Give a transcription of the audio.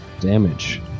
damage